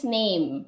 name